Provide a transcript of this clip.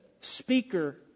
speaker